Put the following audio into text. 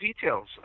details